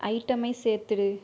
ஐட்டமை சேர்த்திடு